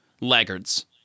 laggards